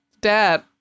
dad